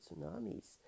tsunamis